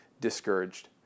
discouraged